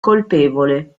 colpevole